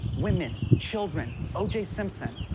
women, children, oj simpson.